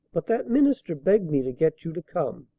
but that minister begged me to get you to come.